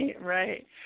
Right